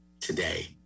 today